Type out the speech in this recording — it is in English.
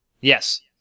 Yes